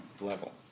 level